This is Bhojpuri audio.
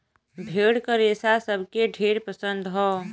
भेड़ क रेसा सबके ढेर पसंद हौ